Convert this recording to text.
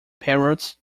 parrots